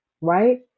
right